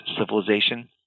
civilization